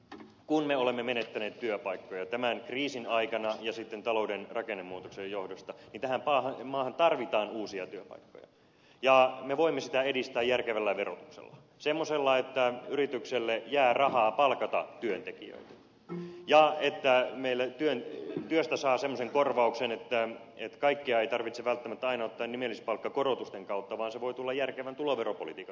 eli kun me olemme menettäneet työpaikkoja tämän kriisin aikana ja sitten talouden rakennemuutoksen johdosta niin tähän maahan tarvitaan uusia työpaikkoja ja me voimme sitä edistää järkevällä verotuksella semmoisella että yritykselle jää rahaa palkata työntekijöitä ja että meillä työstä saa semmoisen korvauksen että kaikkea ei tarvitse välttämättä aina ottaa nimellispalkankorotusten kautta vaan se voi tulla järkevän tuloveropolitiikan kautta